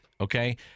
okay